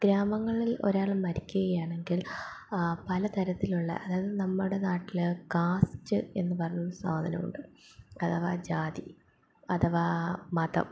ഗ്രാമങ്ങളിൽ ഒരാൾ മരിക്കുകയാണെങ്കിൽ പല തരത്തിലുള്ള അതായത് നമ്മുടെ നാട്ടിൽ കാസ്റ്റ് എന്ന് പറഞ്ഞ ഒരു സാധനമുണ്ട് അഥവാ ജാതി അഥവാ മതം